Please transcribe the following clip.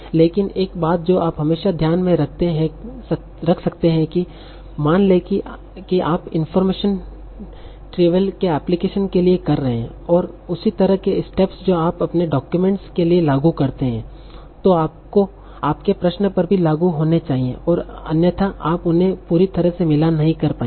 लेकिन एक बात जो आप हमेशा ध्यान में रख सकते हैं मान लें कि आप इनफार्मेशन त्रीविअल के एप्लीकेशन के लिए कर रहे हैं और उसी तरह के स्टेप जो आप अपने डाक्यूमेंट्स के लिए लागू करते हैं तो आपके प्रश्न पर भी लागू होने चाहिए अन्यथा आप उन्हें पूरी तरह से मिलान नहीं कर पाएंगे